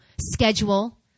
schedule